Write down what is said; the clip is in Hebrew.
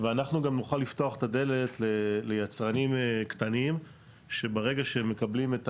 ואנחנו גם נוכל לפתוח את הדלת ליצרנים קטנים שברגע שהם מקבלים את